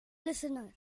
listener